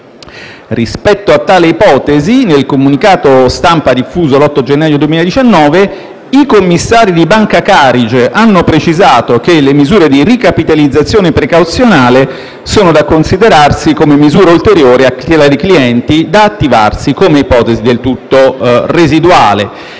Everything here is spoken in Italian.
Rispetto a tale ipotesi, nel comunicato stampa diffuso l'8 gennaio 2019, i commissari di Banca Carige hanno precisato che le misure di ricapitalizzazione precauzionale sono da considerarsi come misura ulteriore a tutela dei clienti, da attivarsi come ipotesi del tutto residuale.